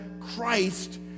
Christ